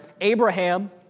Abraham